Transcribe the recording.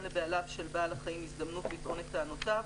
לבעליו של בעל החיים הזדמנות לטעון את טענותיו,